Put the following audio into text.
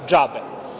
Džabe.